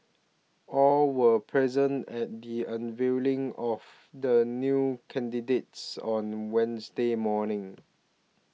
all were present at the unveiling of the new candidates on Wednesday morning